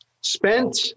spent